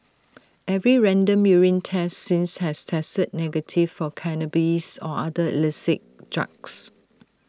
every random urine test since has tested negative for cannabis or other illicit drugs